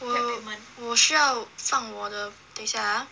我我需要放我的等一下 ah